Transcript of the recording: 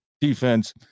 defense